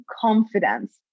confidence